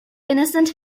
innocent